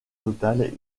total